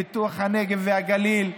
בתוך הנגב והגליל.